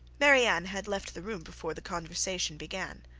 marianne had left the room before the conversation began.